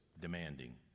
demanding